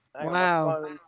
Wow